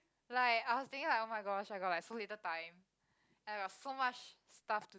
like I was thinking like oh-my-gosh I got like so little time I got so much stuff